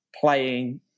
playing